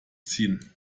ziehen